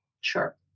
Sure